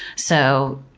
so,